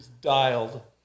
dialed